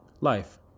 Life